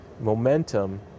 momentum